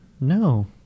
No